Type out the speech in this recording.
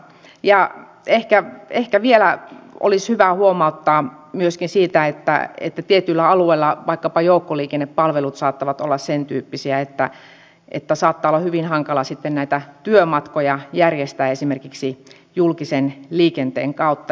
ja ehkä vielä olisi hyvä huomauttaa myöskin siitä että tietyillä alueilla vaikkapa joukkoliikennepalvelut saattavat olla sen tyyppisiä että saattaa olla hyvin hankalaa sitten näitä työmatkoja järjestää esimerkiksi julkisen liikenteen kautta